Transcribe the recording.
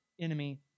enemy